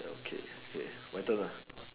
okay okay my turn